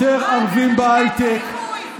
יותר ערבים בהייטק,